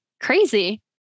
crazy